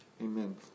amen